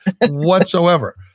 whatsoever